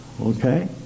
Okay